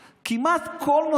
הוא לא יוכל לקבל שירות,